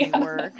work